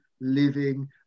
living